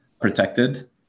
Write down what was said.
protected